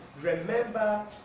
remember